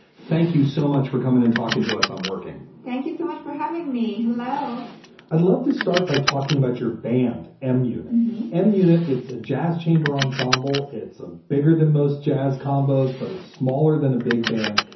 thank you so much for coming and talking to us on working thank you so much for having me. hello i'd love to start by talking about your band. m m unit. it's a jazz chamber ensemble. it's ah bigger than most jazz combos, but it's smaller than a big band.